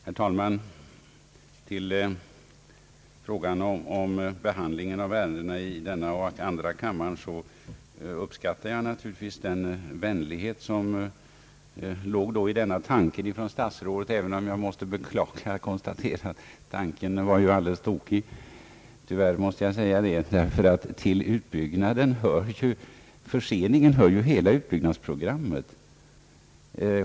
Herr talman! Vad beträffar frågan om behandlingen av ärenden i denna kammare och i andra kammaren vill jag framhålla att jag naturligtvis uppskattar den vänliga tanke som låg bakom statsrådets yttrande. Jag måste dock med beklagande konstatera att tanken var helt tokig, eftersom till förseningsproblemen självfallet hör hela utbyggnadsprogrammet.